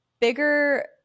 bigger